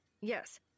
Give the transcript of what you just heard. Yes